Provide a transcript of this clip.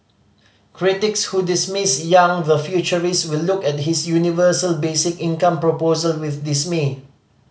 critics who dismiss Yang the futurist will look at his universal basic income proposal with dismay